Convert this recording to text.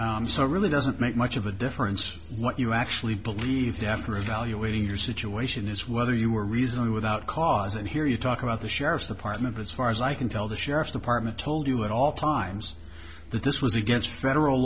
cause so it really doesn't make much of a difference what you actually believed after evaluating your situation is whether you were reasonably without cause and here you talk about the sheriff's department as far as i can tell the sheriff's department told you at all times that this was against federal